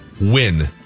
win